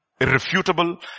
irrefutable